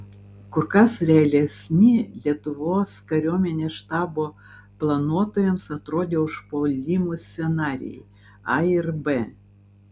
kur kas realesni lietuvos kariuomenės štabo planuotojams atrodė užpuolimų scenarijai a ir b